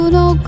no